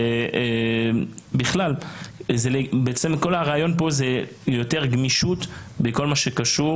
ובכלל כל הרעיון פה זה יותר גמישות בכל מה שקשור